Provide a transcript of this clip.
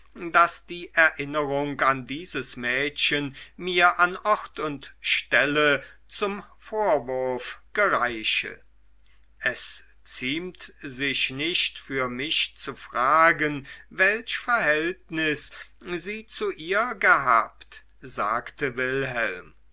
daß die erinnerung an dieses mädchen mir an ort und stelle zum vorwurf gereiche es ziemt sich nicht für mich zu fragen welch verhältnis sie zu ihr gehabt sagte wilhelm